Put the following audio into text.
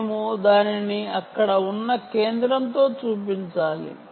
మేము దానిని అక్కడ ఉన్న కేంద్రంతో చూపించాలి